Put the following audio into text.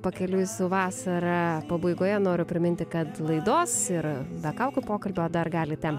pakeliui su vasara pabaigoje noriu priminti kad laidos ir be kaukių pokalbio dar galite